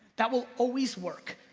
that will always work.